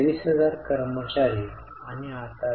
तर लेनदारांची कपात ब्रॅकेटमध्ये आहे तर ती एक बहिर्वाह आहे